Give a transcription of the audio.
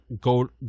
go